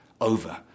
over